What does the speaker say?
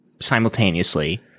simultaneously